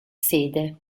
sede